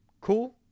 cool